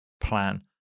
plan